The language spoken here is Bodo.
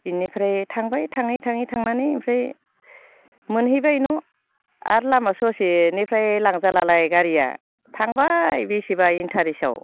बेनिफ्राय थांबाय थाङै थाङै थांनानै ओमफ्राय मोनहैबाय न' आरो लामा ससेनिफ्राय लांजालालाय गारिया थांबाय बेसेबा इन्थारेस्टाव